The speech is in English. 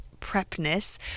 prepness